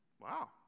wow